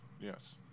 yes